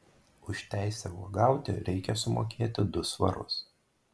už teisę uogauti reikia sumokėti du svarus